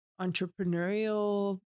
entrepreneurial